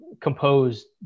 composed